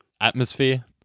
Atmosphere